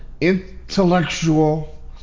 intellectual